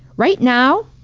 right now,